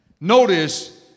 notice